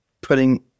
putting –